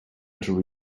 into